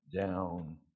down